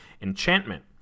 enchantment